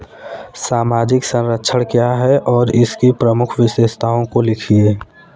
सामाजिक संरक्षण क्या है और इसकी प्रमुख विशेषताओं को लिखिए?